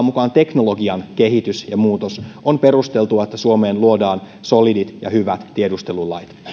mukaan teknologian kehitys ja muutos on perusteltua että suomeen luodaan solidit ja hyvät tiedustelulait